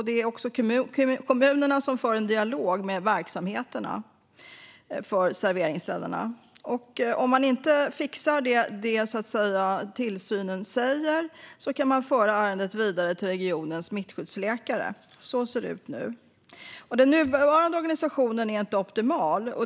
Det är också kommunerna som för en dialog med verksamheterna och serveringsställena. Om dessa inte fixar det som tillsynen säger kan ärendet föras vidare till regionens smittskyddsläkare. Så ser det ut nu Den nuvarande organisationen inte är optimal.